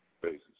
basis